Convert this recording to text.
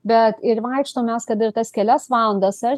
bet ir vaikštom mes kad ir tas kelias valandas ar